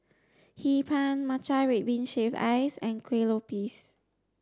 Hee Pan Matcha red bean shaved ice and Kueh Lopes